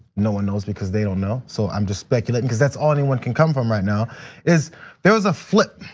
no one knows because they don't know, so i'm just speculating. cuz that's all anyone can come from right now is there was a flip,